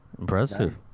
Impressive